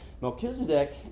Melchizedek